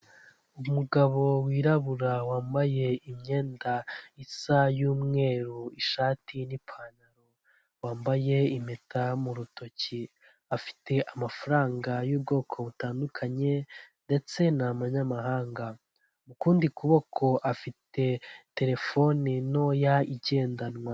Umugabo wirabura wambaye imyenda isa y'umweru ishati n'ipantaro, wambaye impeta mu rutoki, afite amafaranga y'ubwoko butandukanye, ndetse ni amanyamahanga, mu kundi kuboko afite terefone ntoya igendanwa.